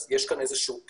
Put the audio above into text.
כך שיש כאן איזשהו פער.